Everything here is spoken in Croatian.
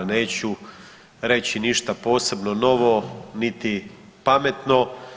Neću reći ništa posebno novo niti pametno.